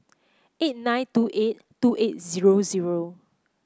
eight nine two eight two eight zero zero